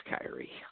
Kyrie